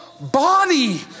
body